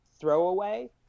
throwaway